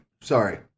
sorry